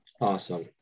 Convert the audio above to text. awesome